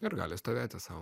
ir gali stovėti sau